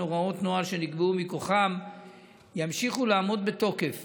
הוראות נוהל שנקבעו מכוחם ימשיכו לעמוד בתוקף